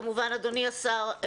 כמובן אדוני השר,